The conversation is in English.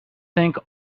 think